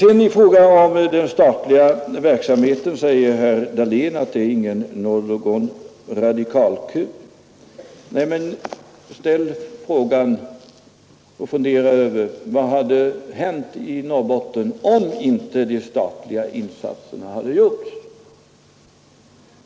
I fråga om den statliga verksamheten säger herr Dahlén att det är inte någon radikalkur. Fundera i stället över frågan: Vad hade hänt i Norrbotten, om inte de statliga insatserna hade gjorts?